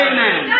Amen